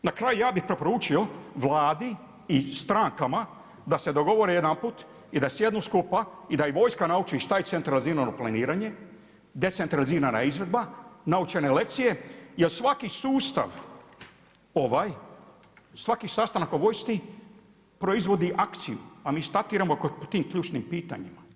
Na kraju ja bih preporučio Vladi i strankama da se dogovore jedanput i da sjednu skupa i da ih vojska nauči šta je centralizirano planiranje, decentralizirana izvedba, naučene lekcije jer svaki sustav ovaj, svaki sastanak o vojski proizvodi akciju, a mi statiramo po tim ključnim pitanjima.